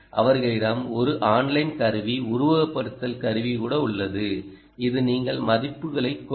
அவர்களிடம் ஒரு ஆன்லைன் கருவி உருவகப்படுத்துதல் கருவி கூட உள்ளது இதில் நீங்கள் மதிப்புகளைக் கொடுங்கள்